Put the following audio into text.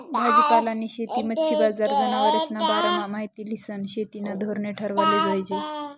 भाजीपालानी शेती, मच्छी बजार, जनावरेस्ना बारामा माहिती ल्हिसन शेतीना धोरणे ठरावाले जोयजे